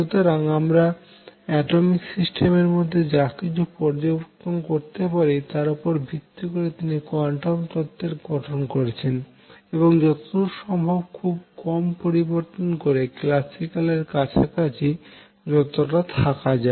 সুতরাং আমরা অ্যাটমিক সিস্টেমের মধ্যে যা কিছু পর্যবেক্ষণ করতে পারি তার উপর ভিত্তি করে তিনি কোয়ান্টাম তত্ত্বের গঠন করেছেন এবং যতদূর সম্ভব খুব কম পরিবর্তন করে ক্ল্যাসিক্যাল এর যতটা কাছাকাছি থাকা যায়